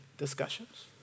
Discussions